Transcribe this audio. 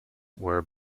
were